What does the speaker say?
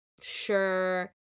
sure